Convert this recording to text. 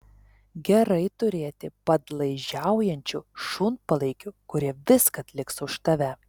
gerai turėti padlaižiaujančių šunpalaikių kurie viską atliks už tave